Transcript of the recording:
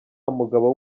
mugabo